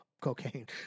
cocaine